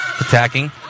Attacking